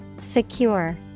Secure